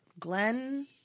Glenn